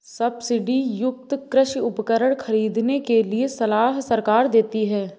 subsidy युक्त कृषि उपकरण खरीदने के लिए सलाह सरकार देती है